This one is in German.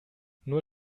nur